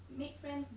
make friends